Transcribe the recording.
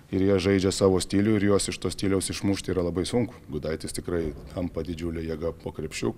ir jie žaidžia savo stilių ir juos iš to stiliaus išmušti yra labai sunku gudaitis tikrai tampa didžiule jėga po krepšiu